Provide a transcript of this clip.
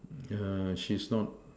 err she's not